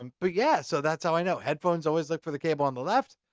um but yeah! so that's how i know. headphones, always look for the cable on the left,